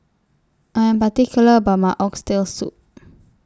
I Am particular about My Oxtail Soup